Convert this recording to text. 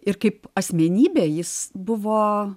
ir kaip asmenybė jis buvo